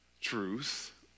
truth